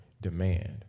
demand